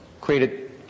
created